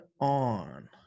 on